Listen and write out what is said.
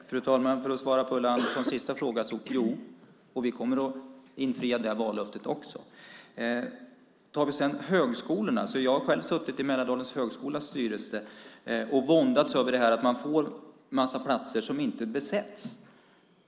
Fru talman! Svaret på Ulla Anderssons sista fråga är att vi också tycker det. Vi kommer att infria även det vallöftet. När det gäller högskolorna har jag själv suttit i styrelsen för Mälardalens högskola och våndats över att man får en massa platser som inte besätts.